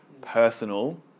personal